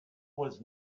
was